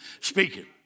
speaking